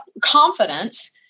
confidence